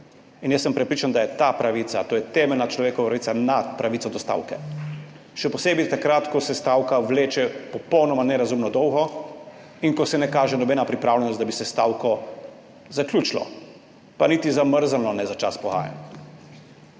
Jaz sem prepričan, da je ta pravica, to je temeljna človekova pravica, nad pravico do stavke, še posebej takrat, ko se stavka vleče popolnoma nerazumno dolgo in ko se ne kaže nobena pripravljenost, da bi se zaključilo s stavko ali jo vsaj